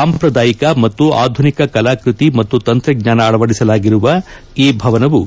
ಸಾಂಪ್ರದಾಯಿಕ ಮತ್ತು ಆಧುನಿಕ ಕಲಾಕೃತಿ ಮತ್ತು ತಂತ್ರಜ್ಞಾನ ಅಳವಡಿಸಲಾಗಿರುವ ಈ ಭವನವು